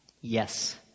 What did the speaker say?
Yes